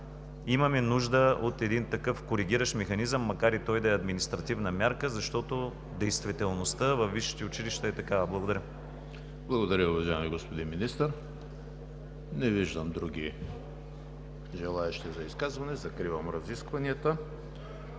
Имаме нужда от такъв коригиращ механизъм, макар и той да е административна мярка, защото действителността във висшите училища е такава. Благодаря. ПРЕДСЕДАТЕЛ ЕМИЛ ХРИСТОВ: Благодаря, уважаеми господин Министър. Не виждам други желаещи за изказване. Закривам разискванията.